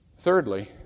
Thirdly